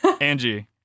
Angie